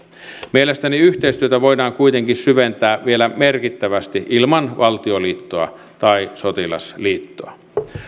mielestäni yhteistyötä voidaan kuitenkin syventää vielä merkittävästi ilman valtioliittoa tai sotilasliittoa